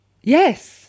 Yes